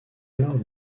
alors